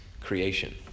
creation